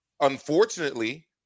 unfortunately